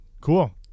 Cool